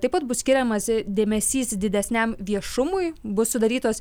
taip pat bus skiriamas dėmesys didesniam viešumui bus sudarytos